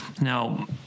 Now